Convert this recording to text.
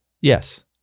Yes